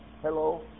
Hello